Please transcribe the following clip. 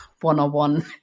one-on-one